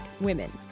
women